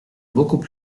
beaucoup